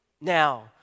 now